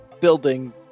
building